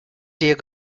dir